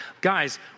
guys